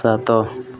ସାତ